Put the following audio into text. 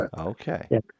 Okay